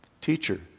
Teacher